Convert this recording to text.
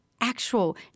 actual